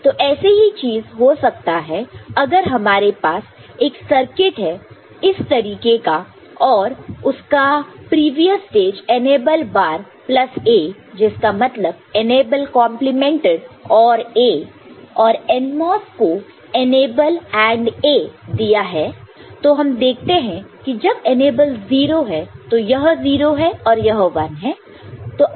तो ऐसी ही चीज हो सकता है अगर हमारे पास एक सर्किट है इस तरीके का और उसका previous stage enable bar plus A जिसका मतलब एनेबल कंप्लीमेंटेड OR A और NMOS को अनेबल AND A दिया गया है तो हम देखते हैं कि जब एनेबल 0 है तो यह 0 है और यह 1 है